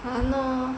!hannor!